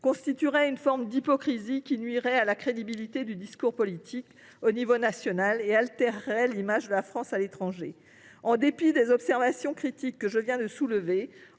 constituerait une forme d’hypocrisie qui nuirait à la crédibilité du discours politique à l’échelle nationale et altérerait l’image de la France à l’étranger. En dépit des observations critiques que je viens de soulever,